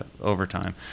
overtime